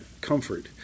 Comfort